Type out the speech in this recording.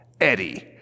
Eddie